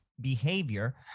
behavior